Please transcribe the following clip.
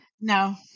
no